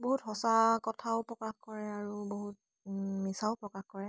বহুত সঁচা কথাও প্ৰকাশ কৰে আৰু বহুত মিছাও প্ৰকাশ কৰে